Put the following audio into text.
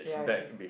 yeah I already